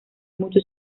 mucho